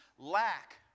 Lack